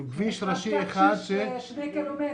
כביש ראשי אחד -- יש פקק של 2 קילומטר.